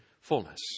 fullness